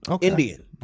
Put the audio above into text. Indian